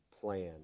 plan